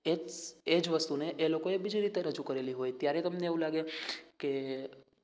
એજ એજ વસ્તુને એ લોકોએ બીજી રીતે રજૂ કરેલી હોય ત્યારે તમને એવું લાગે કે